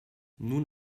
nun